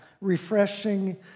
refreshing